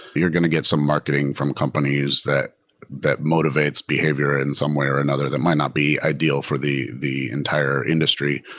you're going to get some marketing from companies that that motivates behavior in some way or another that might not be ideal for the the entire industry.